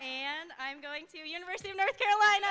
hand i'm going to university in north carolina